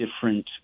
different